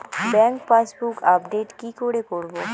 Bank passbook update কি করে করবো?